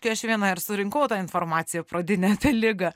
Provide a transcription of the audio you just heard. tai aš viena ir surinkau tą informaciją pradinę apie ligą